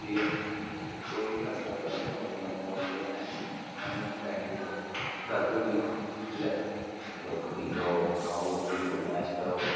ठीक ऐ कोई ऐसा गल्त कम्म नेईं करना पवै जेह्दे कन्नै थुआनू बैनीफिट गल्त होई जा ठीक ऐ दुद्ध पियो खाओ पियो ऐश करो